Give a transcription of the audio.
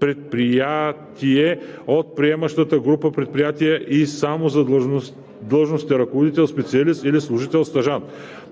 предприятие от приемащата група предприятия и само за длъжностите – ръководител, специалист или служител-стажант.“